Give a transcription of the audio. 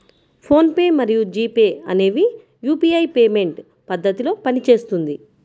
phone pay మరియు G Pay అనేవి UPI payment పద్ధతిలో పనిచేస్తుంది